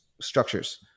structures